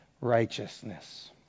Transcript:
Righteousness